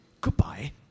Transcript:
Goodbye